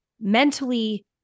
mentally